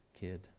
kid